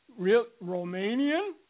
Romanian